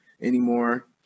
anymore